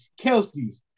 Kelsey's